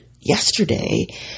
yesterday